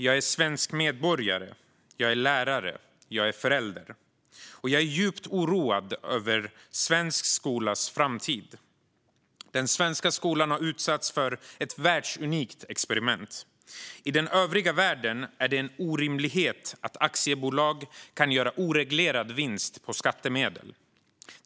Jag är svensk medborgare. Jag är lärare. Jag är förälder. Och jag är djupt oroad över svensk skolas framtid. Den svenska skolan har utsatts för ett världsunikt experiment. I den övriga världen är det en orimlighet att aktiebolag kan göra oreglerad vinst på skattemedel.